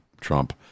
Trump